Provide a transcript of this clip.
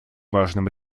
важным